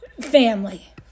family